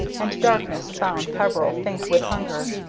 and darkness found peveril faint with hunger,